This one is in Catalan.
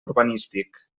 urbanístic